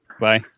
Bye